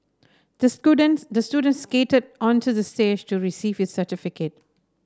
disco dance the student skated onto the stage to receive his certificate